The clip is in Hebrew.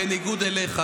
בניגוד אליך,